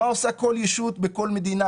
מה עושה כל ישות בכל מדינה,